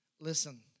Listen